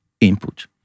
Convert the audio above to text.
input